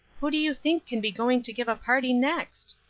who do you think can be going to give a party next?